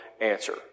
answer